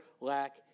lack